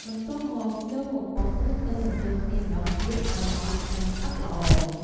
បន្ទាប់មកយកមកបុក ឬកិនបញ្ចូលគ្នាម្ដងទៀតឱ្យម៉ត់ និងស្អិតល្អ។